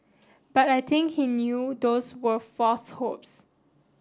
but I think he knew those were false hopes